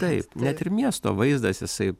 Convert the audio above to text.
taip net ir miesto vaizdas jisai